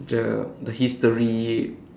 the the history